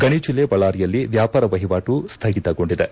ಗಣಿ ಜಿಲ್ಲೆ ಬಳ್ಳಾರಿಯಲ್ಲಿ ವ್ಯಾಪಾರ ವಹಿವಾಟು ಸ್ಥಗಿತಗೊಂಡಿದೆ